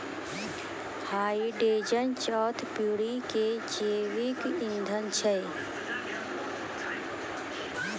hydrogen चौथा पीढ़ी के जैविक ईंधन छै